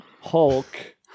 Hulk